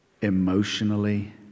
emotionally